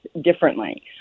differently